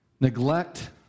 neglect